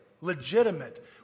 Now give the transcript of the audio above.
legitimate